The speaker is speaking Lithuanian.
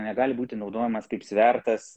negali būti naudojamas kaip svertas